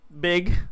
big